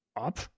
up